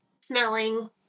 smelling